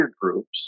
groups